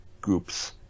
groups